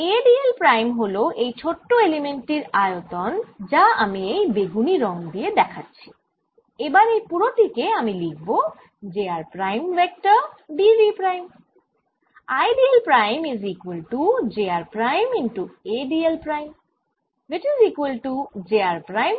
a d l prime হল এই ছোট এলিমেন্ট টির আয়তন যা আমি এই বেগুনি রঙ দিয়ে দেখাচ্ছি এবার এই পুরো টি কে আমি লিখব j r prime vector d v prime